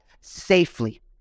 safely